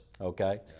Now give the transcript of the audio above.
okay